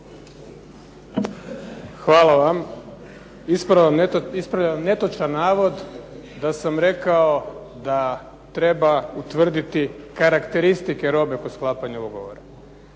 Hvala. Ispravljam netočan navod da sam rekao da treba utvrditi karakteristike robe po sklapanju ugovora.